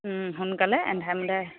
সোনকালে আন্ধাৰে মোন্ধাৰে